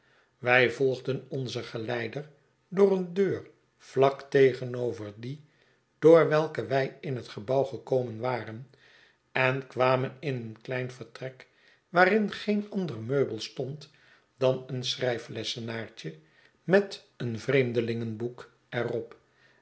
wij volgden onzen geleider door een deur vlak tegenover die door welke wij in het gebouw gekomen waren en kwamen in een klein vertrek waarin geen ander meubel stond dan een schrijflessenaartje met een vreemdelingenboek er